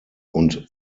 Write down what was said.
und